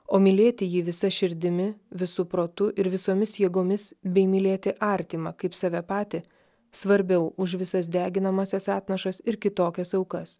o mylėti jį visa širdimi visu protu ir visomis jėgomis bei mylėti artimą kaip save patį svarbiau už visas deginamąsias atnašas ir kitokias aukas